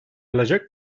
alacak